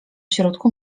środku